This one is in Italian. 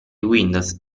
windows